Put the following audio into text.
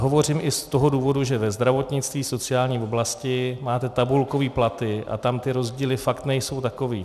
Hovořím i z toho důvodu, že ve zdravotnictví v sociální oblasti máte tabulkové platy a tam ty rozdíly fakt nejsou takové.